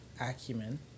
acumen